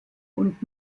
und